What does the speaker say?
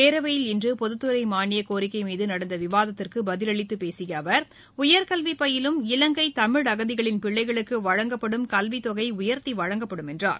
பேரவையில் இன்று பொதுத் துறை மானியக் கோரிக்கை மீது நடந்த விவாதத்திற்கு பதில் அளித்து பேசிய அவர் உயர்கல்வி பயிலும் இலங்கை தமிழ் அகதிகளின் பிள்ளைகளுக்கு வழங்கப்படும் கல்வித் தொகை உயர்த்தி வழங்கப்படும் என்றார்